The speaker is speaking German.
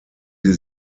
sie